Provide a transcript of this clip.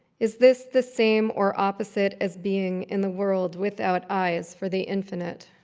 is this the same or opposite as being in the world without eyes for the infinite?